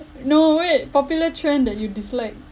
no wait popular trend that you dislike